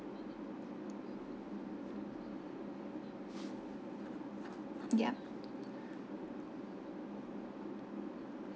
yup